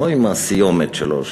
לא עם הסיומת שלו,